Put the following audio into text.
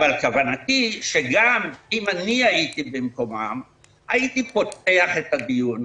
אבל כוונתי שגם אם אני הייתי במקומם הייתי פותח את הדיון,